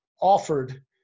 offered